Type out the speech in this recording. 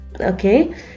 okay